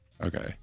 okay